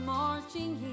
marching